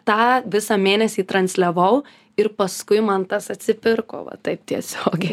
tą visą mėnesį transliavau ir paskui man tas atsipirko va taip tiesiogiai